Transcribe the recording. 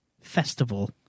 festival